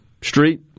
street